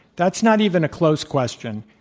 that's not even a close question.